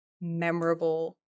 memorable